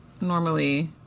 normally